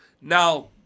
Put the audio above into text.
Now